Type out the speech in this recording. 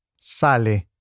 sale